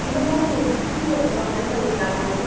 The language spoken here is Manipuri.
ꯑꯗꯣ ꯃꯣꯏꯒꯤ ꯐꯤ ꯀꯃꯥꯏꯅ ꯇꯧꯔꯤꯖꯥꯠꯅꯣ